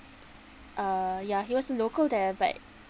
uh ya he was a local there but